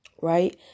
Right